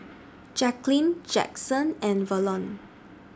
Jacqueline Jackson and Verlon